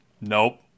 Nope